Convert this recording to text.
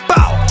Bow